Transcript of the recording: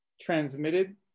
transmitted